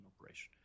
operation